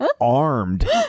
armed